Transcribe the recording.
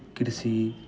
कृषि